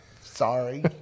sorry